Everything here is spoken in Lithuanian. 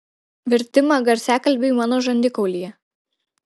vertimą garsiakalbiui mano žandikaulyje